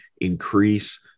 increase